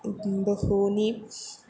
बहूनि